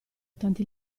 tanti